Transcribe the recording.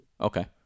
Okay